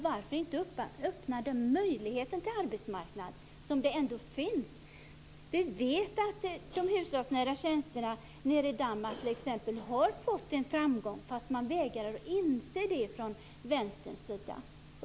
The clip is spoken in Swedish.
Varför inte öppna den möjlighet till arbetsmarknad som ändå finns? Vi vet att de hushållsnära tjänsterna i t.ex. Danmark har varit en framgång. Men det vägrar man inse från vänsterns sida.